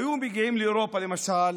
היו מגיעים לאירופה, למשל,